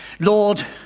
Lord